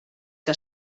que